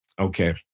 Okay